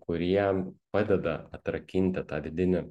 kurie padeda atrakinti tą vidinį